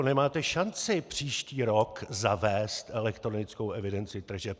Nemáte šanci příští rok zavést elektronickou evidenci tržeb.